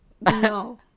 no